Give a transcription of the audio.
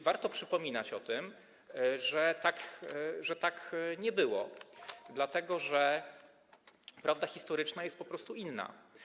Warto przypominać o tym, że tak nie było, dlatego że prawda historyczna jest po prostu inna.